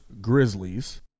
Grizzlies